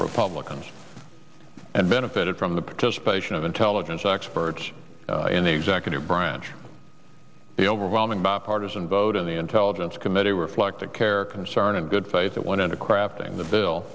republicans and benefited from the participation of intelligence experts in the executive branch the overwhelming bipartisan vote in the intelligence committee reflect the care concern and good faith that went into crafting the bill